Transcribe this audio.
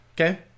Okay